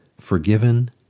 forgiven